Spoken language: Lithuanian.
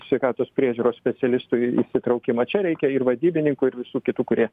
sveikatos priežiūros specialistų į įsitraukimo čia reikia ir vadybininkų ir visų kitų kurie